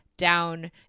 down